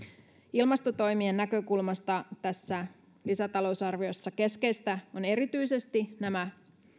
ilmastotoimien näkökulmasta tässä lisätalousarviossa keskeistä on erityisesti